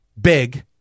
big